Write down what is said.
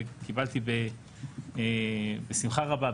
וקיבלתי בשמחה רבה,